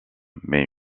mais